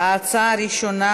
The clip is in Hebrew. ההצעה הראשונה,